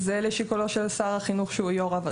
זה לשיקולו של שר החינוך שהוא יו"ר הוועדה.